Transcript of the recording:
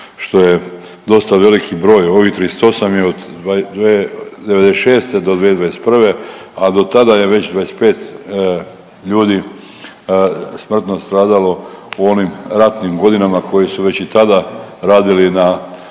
što je dosta veliki broj, ovih 38 je od '96. do 2021., a dotada je već 25 ljudi smrtno stradalo u onim ratnim godinama koji su već i tada radili na